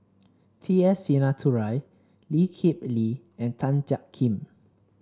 T S Sinnathuray Lee Kip Lee and Tan Jiak Kim